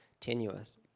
tenuous